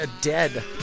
dead